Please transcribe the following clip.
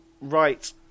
right